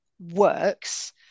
works